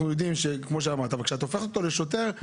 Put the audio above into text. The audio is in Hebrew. אבל כשאת הופכת אותו לשוטר,